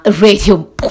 radio